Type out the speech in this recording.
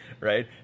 right